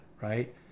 right